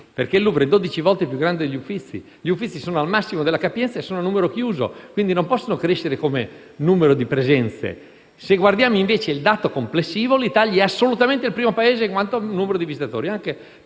perché il Louvre è dodici volte più grande degli Uffizi che sono al massimo della capienza e sono a numero chiuso, quindi non possono crescere come numero di presenze. Se guardiamo, invece, il dato complessivo, l'Italia è assolutamente il primo Paese in quanto a numero di visitatori,